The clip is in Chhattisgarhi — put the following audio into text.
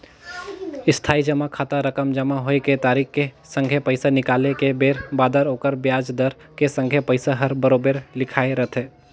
इस्थाई जमा खाता रकम जमा होए के तारिख के संघे पैसा निकाले के बेर बादर ओखर बियाज दर के संघे पइसा हर बराबेर लिखाए रथें